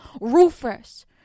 rufus